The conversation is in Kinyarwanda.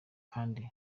kandi